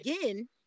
again